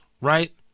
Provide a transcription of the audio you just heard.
right